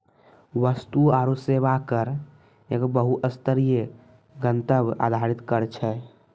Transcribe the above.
वस्तु आरु सेवा कर एगो बहु स्तरीय, गंतव्य आधारित कर छै